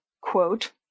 quote